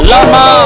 Lama